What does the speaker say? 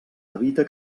evita